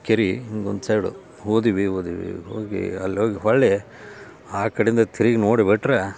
ಕೆರೆ ಒಂದು ಸೈಡು ಹೋದೆವು ಹೋದೆವು ಹೋಗಿ ಅಲ್ಲಿ ಹೋಗಿ ಹೊರ್ಳಿ ಆ ಕಡೆಯಿಂದ ತಿರುಗಿ ನೋಡ್ಬಿಟ್ರೆ